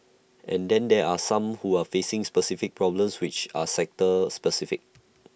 and then there are some who are facing specific problems which are sector specific